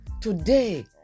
today